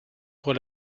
pour